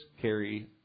carry